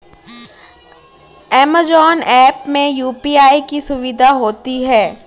Amazon app में UPI की सुविधा होती है